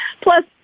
Plus